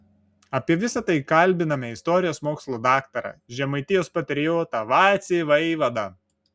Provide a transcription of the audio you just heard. apie visa tai kalbiname istorijos mokslų daktarą žemaitijos patriotą vacį vaivadą